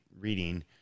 reading